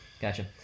Gotcha